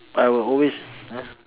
I will always !huh!